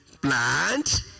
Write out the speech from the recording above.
plant